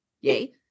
Yay